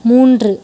மூன்று